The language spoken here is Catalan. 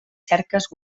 cerques